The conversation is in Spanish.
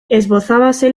esbozábase